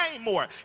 more